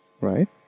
Right